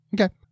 Okay